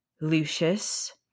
Lucius